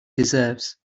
deserves